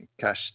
cash